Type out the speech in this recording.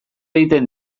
egiten